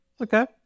Okay